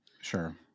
sure